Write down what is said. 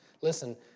Listen